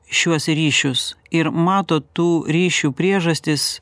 šiuos ryšius ir mato tų ryšių priežastis